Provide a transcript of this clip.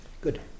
Good